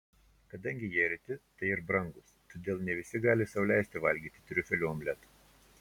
kadangi jie reti tai ir brangūs todėl ne visi gali sau leisti valgyti triufelių omletą